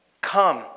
come